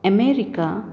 America